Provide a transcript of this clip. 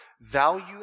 value